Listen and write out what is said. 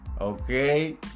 Okay